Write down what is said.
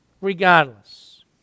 Regardless